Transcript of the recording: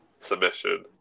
submission